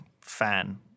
fan